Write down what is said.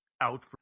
out